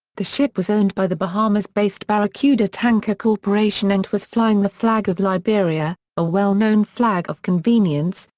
the ship was owned by the bahamas-based barracuda tanker corporation and was flying the flag of liberia, a well-known flag of convenience,